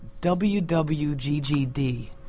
WWGGD